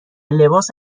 لباس